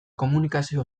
komunikazio